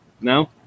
No